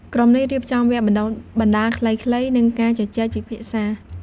ក្រុមនេះរៀបចំវគ្គបណ្តុះបណ្តាលខ្លីៗ និងការជជែកពិភាក្សា។